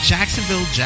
Jacksonville